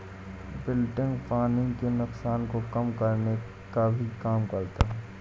wilting पानी के नुकसान को कम करने का भी काम करता है